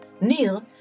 Neil